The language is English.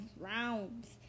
rounds